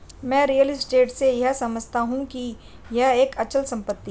मैं real estate से यह समझता हूं कि यह एक अचल संपत्ति है